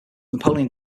napoleon